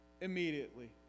immediately